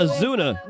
Azuna